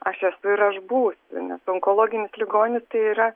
aš esu ir aš būsiu onkologinis ligonis tai yra